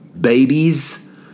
babies